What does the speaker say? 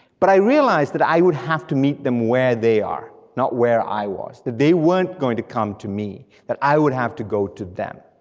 but i realized that i would have to meet them where they are, not where i was, that they weren't going to come to me, that i would have to go them.